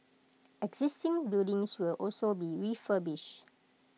existing buildings will also be refurbished